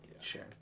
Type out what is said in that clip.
Sure